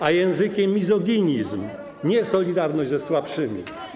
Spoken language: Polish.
A językiem - mizoginizm, nie solidarność ze słabszymi.